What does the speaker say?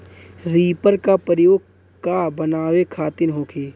Reaper का प्रयोग का बनावे खातिन होखि?